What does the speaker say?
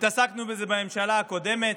התעסקנו בזה בממשלה הקודמת,